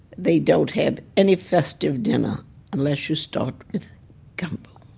they don't have any festive dinners unless you start with gumbo.